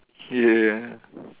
ya ya